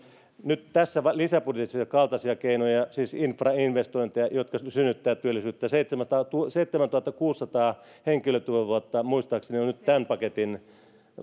nyt tässä lisäbudjetissa sen kaltaisia keinoja siis infrainvestointeja jotka synnyttävät työllisyyttä seitsemäntuhattakuusisataa henkilötyövuotta muistaakseni on nyt